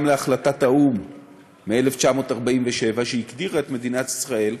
להחלטת האו"ם מ-1947 שהגדירה את מדינת ישראל,